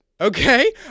Okay